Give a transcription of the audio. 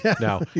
Now